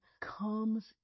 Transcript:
comes